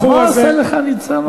מה עשה לך ניצן הורוביץ?